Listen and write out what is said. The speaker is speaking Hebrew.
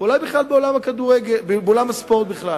ואולי בעולם הספורט בכלל.